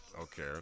okay